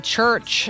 Church